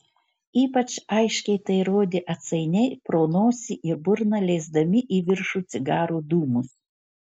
ypač aiškiai tai rodė atsainiai pro nosį ir burną leisdami į viršų cigarų dūmus